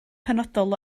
penodol